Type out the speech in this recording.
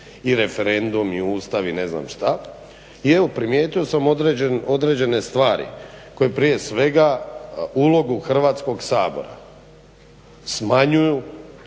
i referendum i Ustav i ne znam šta. I evo primijetio sam određene stvari koje prije svega ulogu Hrvatskog sabora smanjuju,